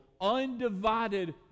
undivided